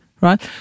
right